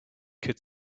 could